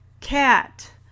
cat